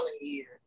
years